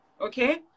okay